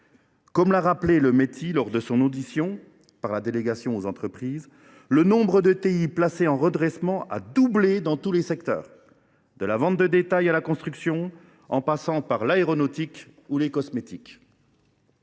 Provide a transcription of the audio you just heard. représentants du Meti lors de leur audition par la délégation aux entreprises, le nombre d’ETI placées en redressement a doublé dans tous les secteurs, de la vente de détail à la construction, en passant par l’aéronautique ou les cosmétiques.